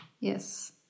Yes